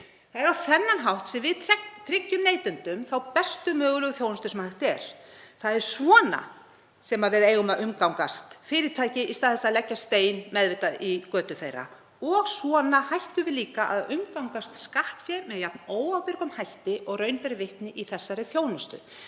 Það er á þann hátt sem við tryggjum neytendum bestu mögulegu þjónustu. Það er svona sem við eigum að umgangast fyrirtæki í stað þess að leggja stein meðvitað í götu þeirra og svona hættum við líka að umgangast skattfé með jafn óábyrgum hætti og raun ber vitni í þessari þjónustu.